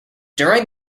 during